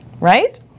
right